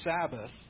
Sabbath